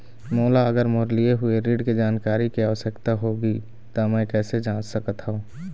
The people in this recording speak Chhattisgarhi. मोला अगर मोर लिए हुए ऋण के जानकारी के आवश्यकता होगी त मैं कैसे जांच सकत हव?